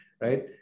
right